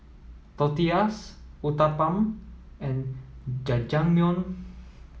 Tortillas Uthapam and Jajangmyeon